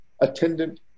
attendant